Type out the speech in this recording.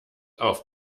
auf